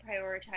prioritize